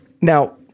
Now